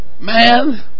man